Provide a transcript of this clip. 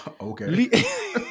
Okay